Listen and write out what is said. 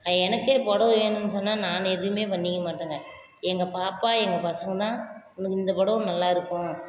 எனக்கே புடவ வேணும்ன்னு சொன்னா நான் எதுவுமே பண்ணிக்க மாட்டேங்க எங்கள் பாப்பா எங்கள் பசங்க தான் உனக்கு இந்த புடவ நல்லாயிருக்கும்